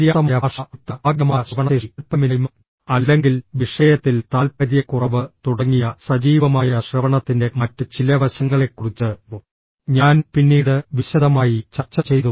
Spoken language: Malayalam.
അപര്യാപ്തമായ ഭാഷാ അടിത്തറ ഭാഗികമായ ശ്രവണശേഷി താൽപ്പര്യമില്ലായ്മ അല്ലെങ്കിൽ വിഷയത്തിൽ താൽപ്പര്യക്കുറവ് തുടങ്ങിയ സജീവമായ ശ്രവണത്തിന്റെ മറ്റ് ചില വശങ്ങളെക്കുറിച്ച് ഞാൻ പിന്നീട് വിശദമായി ചർച്ച ചെയ്തു